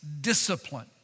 discipline